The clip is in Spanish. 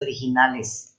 originales